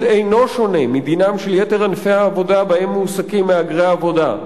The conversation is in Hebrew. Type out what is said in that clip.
אינו שונה מדינם של יתר ענפי העבודה שבהם מועסקים מהגרי העבודה,